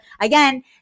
again